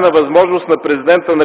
на възможност на президента на